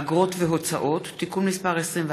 אגרות והוצאות (תיקון מס' 21),